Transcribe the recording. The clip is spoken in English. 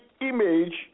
image